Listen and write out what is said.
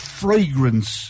fragrance